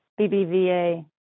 BBVA